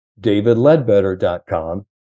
davidledbetter.com